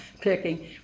picking